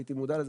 הייתי מודע לזה,